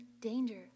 danger